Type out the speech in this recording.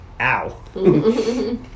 ow